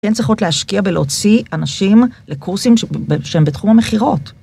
אין צריכות להשקיע ולהוציא אנשים לקורסים שהם בתחום המכירות.